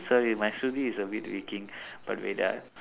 sorry my ஷ்ருதி:shruthi is a bit weak-ing but wait ah